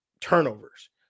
turnovers